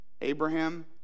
Abraham